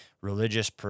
religious